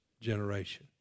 generation